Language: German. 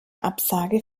absage